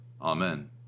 Amen